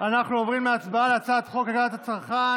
אנחנו עוברים להצבעה על הצעת חוק הגנת הצרכן,